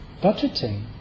budgeting